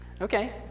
Okay